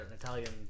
Italian